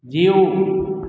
जीउ